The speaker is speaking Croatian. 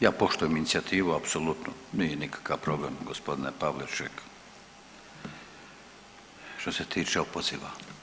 Ja poštujem inicijativu, apsolutno, nije nikakav problem, g. Pavliček, što se tiče opoziva.